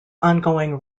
ongoing